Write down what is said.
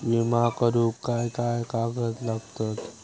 विमा करुक काय काय कागद लागतत?